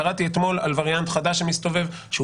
קראתי אתמול על וריאנט חדש שמסתובב שהוא